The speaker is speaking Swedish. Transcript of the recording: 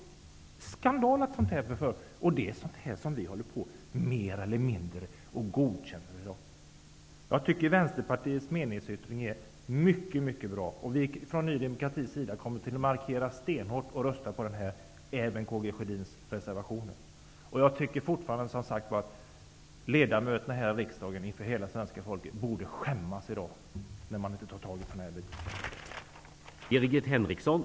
Det är skandal att detta får förekomma. Och detta godkänner vi mer eller mindre i dag. Jag tycker att Vänsterpartiets meningsyttring är mycket bra. Vi i Ny demokrati kommer att markera det stenhårt och rösta på den. Det gäller även Karl Gustaf Sjödins reservationer. Jag tycker fortfarande att ledamöterna här i riksdagen borde skämmas inför hela svenska folket när man inte tar tag i dessa saker i dag.